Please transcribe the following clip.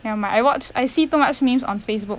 nevermind I watch I see too much meme on Facebook